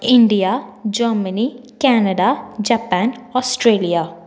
India Germany Canada Japan Australia